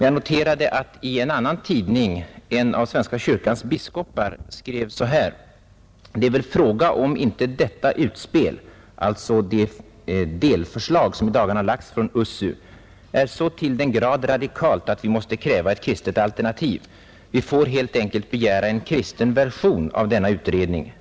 Jag noterade emellertid att en av svenska kyrkans biskopar i en annan tidning skrev följande: ”Det är väl fråga om inte detta utspel” — alltså det delförslag som i dagarna framlagts från USSU —” är så till den grad radikalt att vi måste kräva ett kristet alternativ. Vi får helt enkelt begära en kristen version av denna utredning.